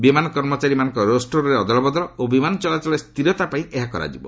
ବିମାନ କର୍ମଚାରୀମାନଙ୍କ ରୋଷ୍ଟରରେ ଅଦଳବଦଳ ଓ ବିମାନ ଚଳାଚଳରେ ସ୍ଥିରତା ପାଇଁ ଏହା କରାଯିବ